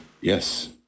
Yes